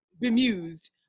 bemused